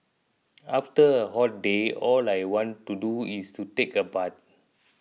after a hot day all I want to do is to take a bath